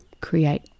create